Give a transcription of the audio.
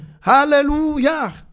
Hallelujah